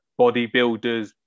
bodybuilders